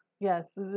Yes